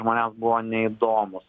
žmonėms buvo neįdomūs